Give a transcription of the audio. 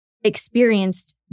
experienced